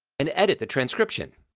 and edit the transcription.